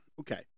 Okay